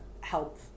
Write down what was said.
help